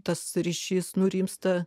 tas ryšys nurimsta